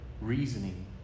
reasoning